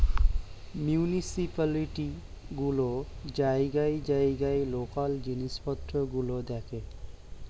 municipality গুলো জায়গায় জায়গায় লোকাল জিনিসপত্র গুলো দেখে